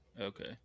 Okay